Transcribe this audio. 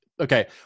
okay